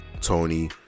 Tony